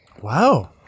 Wow